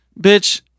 bitch